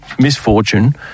misfortune